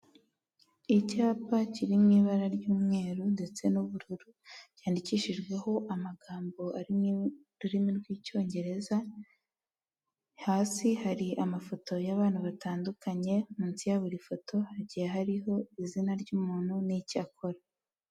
Icyapa kiri mw’ibara ry'umweru ndetse n'ubururu, cyandikishijweho amagambo ari mu rurimi rw'icyongereza. Hasi har’amafoto y'abantu batandukanye, munsi ya buri foto hagiye hariho izina ry'umuntu n'icyo akora.